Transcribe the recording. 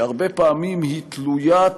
שהרבה פעמים היא תלוית